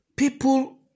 People